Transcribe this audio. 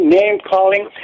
name-calling